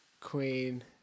queen